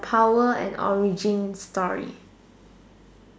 power and origin story